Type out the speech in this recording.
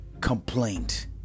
complaint